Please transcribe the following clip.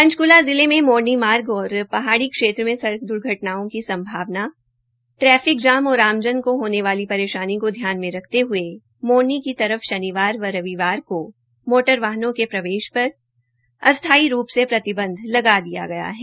पंचक्ला जिले में मोरनी मार्ग और पहाड़ी क्षेत्र में सड़क द्र्घटनाओं की संभावना ट्रैफिक जाम और आमजन को होने वाली परेशानी को ध्यान में रखते हये मोरनी की तरफ शनिवार व रविवार को मोटर वाहनों के प्रवेश पर अस्थाई रूप से प्रतिबंध लगा दिया गया है